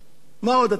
מה עוד אתם רוצים?